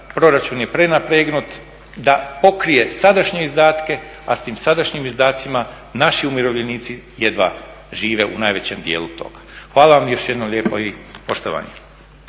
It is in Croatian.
proračun je prenapregnut da pokrije sadašnje izdatke, a s tim sadašnjim izdacima naši umirovljenici jedva žive u najvećem dijelu toga. Hvala vam još jednom lijepo i poštovanje.